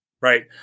right